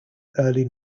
early